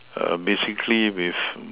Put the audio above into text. err basically with